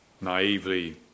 naively